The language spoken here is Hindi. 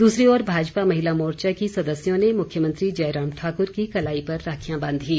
दूसरी ओर भाजपा महिला मोर्चा की सदस्यों ने मुख्यमंत्री जयराम ठाकुर की कलाई पर राखियां बांधीं